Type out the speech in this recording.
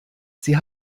sie